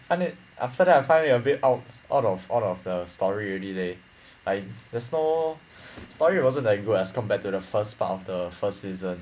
I mean after that I find it a bit out out of out of the story already leh like the sto~ story wasn't that good as compared to the first part of the first season